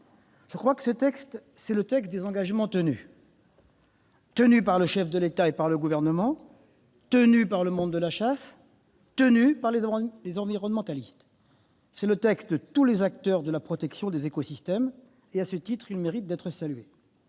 débats. Ce texte est celui des engagements tenus, par le chef de l'État et le Gouvernement, par le monde de la chasse, mais aussi par les environnementalistes. C'est le texte de tous les acteurs de la protection des écosystèmes. À ce titre, il mérite d'être salué.